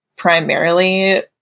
primarily